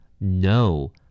No